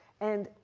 and,